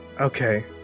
Okay